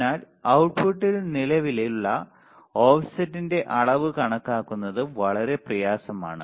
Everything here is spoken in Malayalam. അതിനാൽ output ൽ നിലവിലുള്ള ഓഫ്സെറ്റിന്റെ അളവ് കണക്കാക്കുന്നത് വളരെ പ്രയാസമാണ്